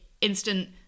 instant